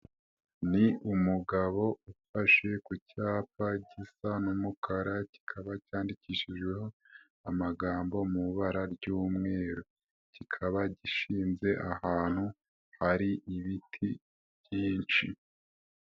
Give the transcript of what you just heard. Ni umugabo ufashe ku cyapa gisa n'umukara kikaba cyandikishijweho amagambo mu ibara ry'umweru, kikaba gishinze ahantu hari ibiti byinshi.